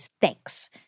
Thanks